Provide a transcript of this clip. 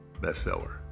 bestseller